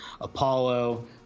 Apollo